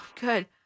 good